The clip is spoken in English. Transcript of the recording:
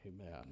Amen